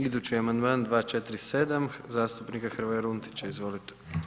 Idući Amandman 247. zastupnika Hrvoja Runtića, izvolite.